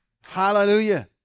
Hallelujah